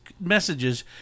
messages